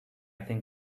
think